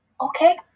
Okay